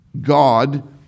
God